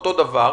אותו הדבר,